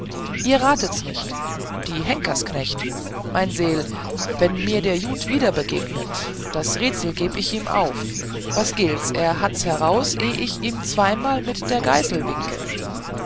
ihr ratet's nicht die henkersknecht mein seel wenn mir der jud wieder begegnet das rätsel geb ich ihm auf was gilt's er hat's heraus eh ich ihm zweimal mit der geißel winke